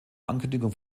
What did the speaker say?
ankündigung